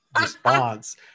response